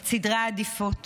את סדרי העדיפויות.